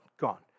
gone